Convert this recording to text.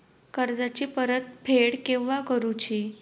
कर्जाची परत फेड केव्हा करुची?